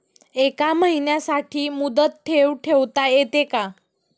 एका महिन्यासाठी मुदत ठेव ठेवता येते का?